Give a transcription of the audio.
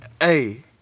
Hey